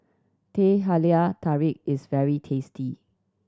Teh Halia Tarik is very tasty